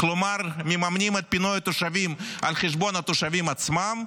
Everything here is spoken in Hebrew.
כלומר מממנים את פינוי התושבים על חשבון התושבים עצמם,